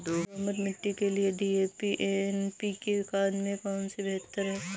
दोमट मिट्टी के लिए डी.ए.पी एवं एन.पी.के खाद में कौन बेहतर है?